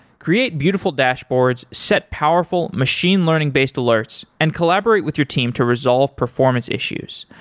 create beautiful dashboards, set powerful machine learning based alerts and collaborate with your team to resolve performance issues.